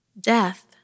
Death